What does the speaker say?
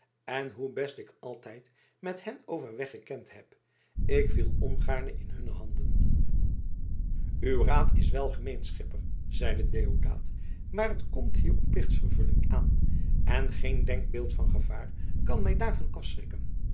en hoe best ik altijd met hen overweg gekend heb ik viel ongaarne in hunne handen uw raad is welgemeend schipper zeide deodaat maar het komt hier op plichtsvervulling aan en geen denkbeeld van gevaar kan mij daarvan afschrikken